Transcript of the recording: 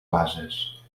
bases